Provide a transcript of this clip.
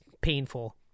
painful